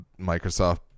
microsoft